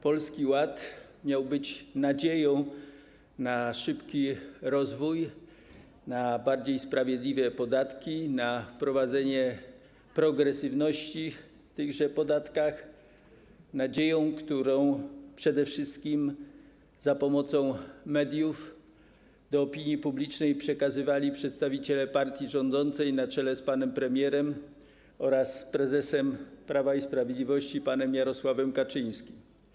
Polski Ład miał być nadzieją na szybki rozwój, na bardziej sprawiedliwe podatki, na wprowadzenie progresywności w zakresie tych podatków, nadzieją, którą przede wszystkim za pomocą mediów przekazywali opinii publicznej przedstawiciele partii rządzącej, na czele z panem premierem oraz prezesem Prawa i Sprawiedliwości panem Jarosławem Kaczyńskim.